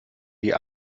die